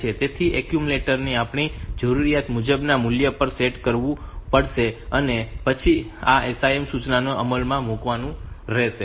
તેથી એક્યુમ્યુલેટર ને આપણી જરૂરિયાત મુજબના મૂલ્ય પર સેટ કરવું પડશે અને તે પછી આ SIM સૂચનાને અમલમાં મૂકવાની રહેશે